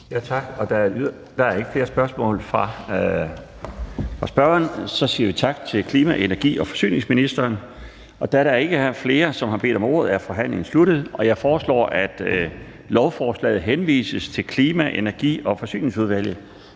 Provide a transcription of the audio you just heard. Tak. Der er ikke flere spørgsmål fra spørgeren. Så siger vi tak til klima-, energi- og forsyningsministeren. Da der ikke er flere, der har bedt om ordet, er forhandlingen sluttet. Jeg foreslår, at lovforslaget henvises til Klima-, Energi- og Forsyningsudvalget.